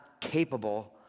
capable